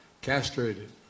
castrated